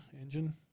engine